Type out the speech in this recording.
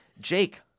Jake